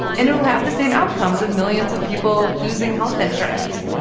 and it'll have the same outcomes of millions of people losing health insurance